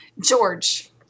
George